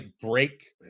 break